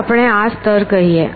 ચાલો આપણે આ સ્તર કહીએ